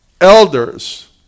elders